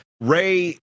Ray